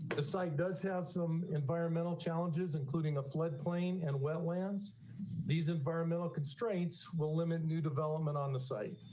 the site does have some environmental challenges, including a floodplain and wetlands these environmental constraints will limit new development on the site.